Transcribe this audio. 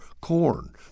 corn